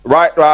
Right